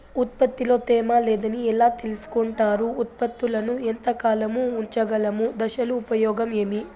ఉత్పత్తి లో తేమ లేదని ఎలా తెలుసుకొంటారు ఉత్పత్తులను ఎంత కాలము ఉంచగలము దశలు ఉపయోగం ఏమి?